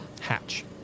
hatch